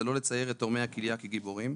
זה לא לצייר את תורמי הכליה כגיבורים.